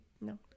No